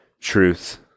truth